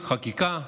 חקיקה,